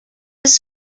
this